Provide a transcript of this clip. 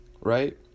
right